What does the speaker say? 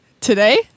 Today